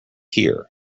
here